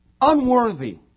unworthy